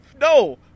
No